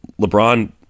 LeBron